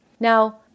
Now